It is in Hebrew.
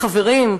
חברים,